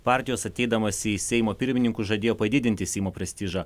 partijos ateidamas į seimo pirmininkus žadėjo padidinti seimo prestižą